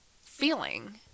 feeling